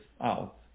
out